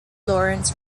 lawrence